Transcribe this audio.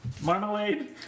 marmalade